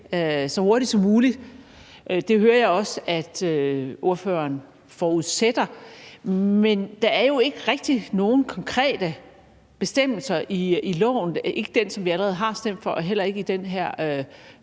så hurtigt som muligt, og det hører jeg også at ordføreren forudsætter. Men der er jo ikke rigtig nogen konkrete bestemmelser i loven, ikke i den, som vi allerede har stemt for, og heller ikke i det her